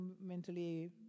mentally